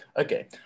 okay